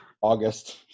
August